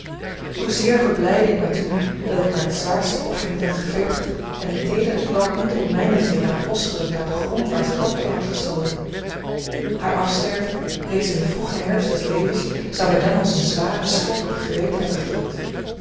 hoezeer verblijdde ik mij toen dat ik haar het zwaarste offer niet had gevergd en die teedere plant niet om mijnentwille had losgerukt uit den grond waar zij wortelen had geschoten haar afsterven reeds in den vroegen herfst des levens zou mij dan als eene zware schuld op het geweten hebben gedrukt